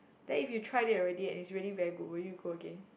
then if you tried it already and it's really very good would you go again